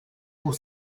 pour